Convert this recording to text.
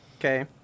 Okay